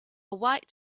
white